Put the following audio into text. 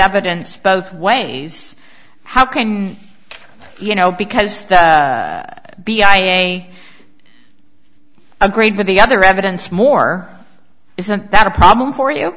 evidence both ways how can you know because b i a agreed with the other evidence more isn't that a problem for you